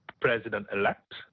president-elect